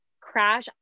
crash